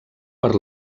per